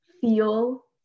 feel